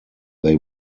they